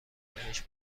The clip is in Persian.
بهش